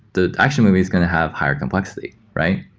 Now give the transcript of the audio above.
that action movies going to have higher complexity, right?